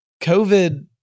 COVID